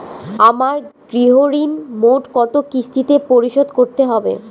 আমার গৃহঋণ মোট কত কিস্তিতে পরিশোধ করতে হবে?